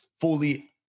fully